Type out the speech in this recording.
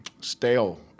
stale